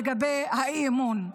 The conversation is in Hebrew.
לגבי האי-אמון.